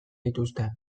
dituzte